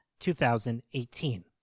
2018